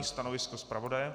Stanovisko zpravodaje?